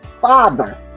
Father